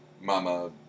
Mama